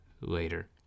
later